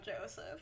Joseph